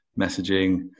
messaging